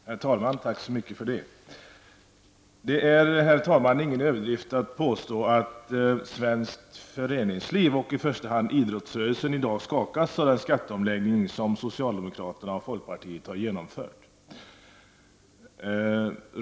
Herr talman! Tack så mycket för det. Det är ingen överdrift att påstå att svenskt föreningsliv och i första hand idrottsröreslen i dag skakas av den skatteomläggning som socialdemokraterna och folkpartiet har genomfört.